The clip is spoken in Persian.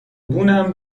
بونم